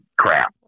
crap